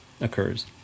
occurs